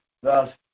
thus